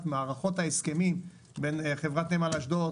מערכות ההסכמים בין חברת נמל אשדוד,